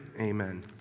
amen